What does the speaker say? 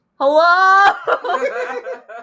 Hello